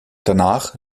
danach